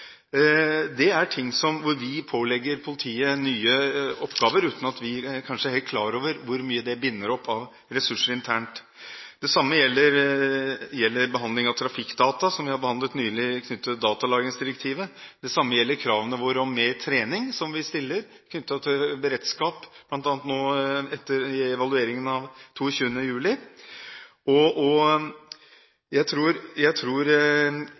oppgaver, uten at vi kanskje er helt klar over hvor mye som bindes opp av ressurser internt. Det samme gjelder behandling av trafikkdata, som vi har behandlet nylig knyttet til datalagringsdirektivet. Det samme gjelder kravene våre om mer trening, som vi stiller knyttet til beredskap, bl.a. etter evalueringen av 22. juli. Jeg tror i det hele tatt at vi bør passe på hvordan vi definerer politiets oppgaver i forhold til hvilke ressurser vi da binder opp. Jeg